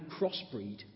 crossbreed